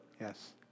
Yes